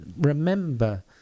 remember